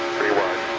freeway,